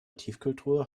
tiefkühltruhe